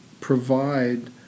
provide